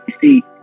see